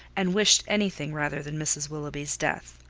and wished any thing rather than mrs. willoughby's death.